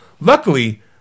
Luckily